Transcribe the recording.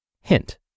Hint